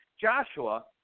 Joshua